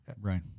right